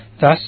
Thus